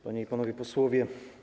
Panie i Panowie Posłowie!